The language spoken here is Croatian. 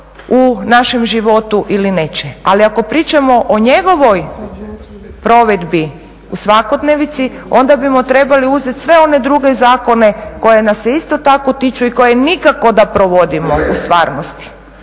u našem životu ili neće, ali ako pričamo o njegovoj provedbi u svakodnevnici onda bismo trebali uzeti sve one druge zakone koji nas se isto tako tiču i koje nikako da provodimo u stvarnosti.